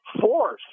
force